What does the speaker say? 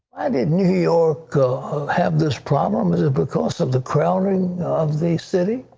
didn't new york have this problem? is it because of the crowding of the city?